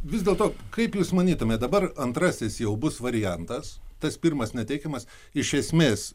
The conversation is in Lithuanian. vis dėlto kaip jus manytumėt dabar antrasis jau bus variantas tas pirmas neteikiamas iš esmės